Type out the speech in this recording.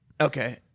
Okay